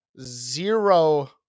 zero